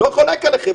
לא חולק עליכם,